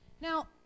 Now